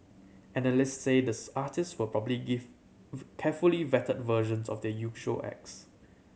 analysts says the artist will probably give carefully vetted versions of their usual acts